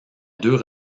deux